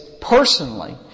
personally